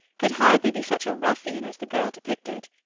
could hardly be such a ruffian as the girl depicted.